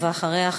ואחריה,